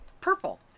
purple